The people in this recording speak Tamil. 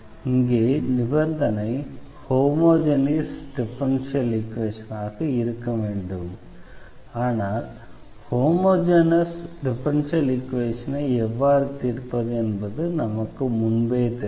இங்கே நிபந்தனை ஹோமோஜெனஸ் டிஃபரன்ஷியல் ஈக்வேஷனாக இருக்க வேண்டும் ஆனால் ஹோமோஜெனஸ் டிஃபரன்ஷியல் ஈக்வேஷனை எவ்வாறு தீர்ப்பது என்பது நமக்கு முன்பே தெரியும்